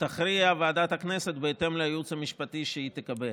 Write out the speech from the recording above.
תכריע ועדת הכנסת בהתאם לייעוץ המשפטי שהיא תקבל,